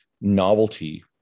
novelty